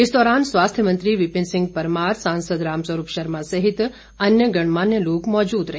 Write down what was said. इस दौरान स्वास्थ्य मंत्री विपिन सिंह परमार सांसद रामस्वरूप शर्मा सहित अन्य गणमान्य लोग मौजूद रहे